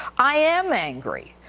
i am angry,